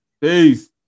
Peace